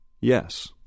Yes